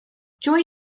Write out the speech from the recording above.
joy